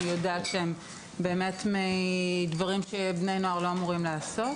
אני יודעת שהם כתוצאה מדברים שבני נוער לא אמורים לעשות.